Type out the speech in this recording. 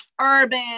urban